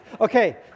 Okay